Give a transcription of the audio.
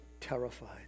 terrified